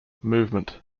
movement